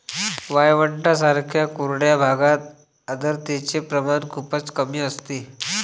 वाळवंटांसारख्या कोरड्या भागात आर्द्रतेचे प्रमाण खूपच कमी असते